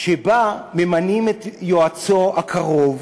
שבה ממנים את יועצו הקרוב